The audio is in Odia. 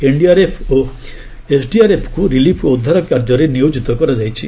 ଏନ୍ଡିଆର୍ଏଫ୍ ଓ ଏସ୍ଡିଆର୍ଏଫ୍କୁ ରିଲିଫ୍ ଓ ଉଦ୍ଧାର କାର୍ଯ୍ୟରେ ନିୟୋଜିତ କରାଯାଇଛି